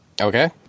Okay